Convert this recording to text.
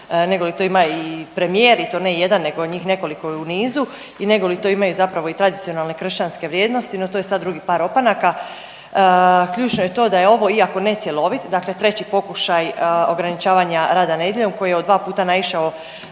negoli to ima i premijer i to ne jedan nego njih nekoliko i u nizu nego li to imaju zapravo i tradicionalne kršćanske vrijednosti, no ti je sad drugi par opanaka. Ključno je to da je ovo iako ne cjelovit dakle treći pokušaj ograničavanja rada nedjeljom koji je od dva puta naišao